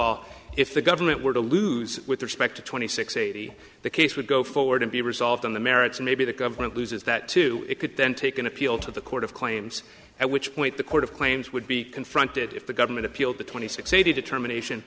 all if the government were to lose with respect to twenty six eighty the case would go forward and be resolved on the merits maybe the government loses that to it could then take an appeal to the court of claims at which point the court of claims would be confronted if the government appealed the twenty six a determination